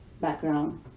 background